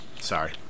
Sorry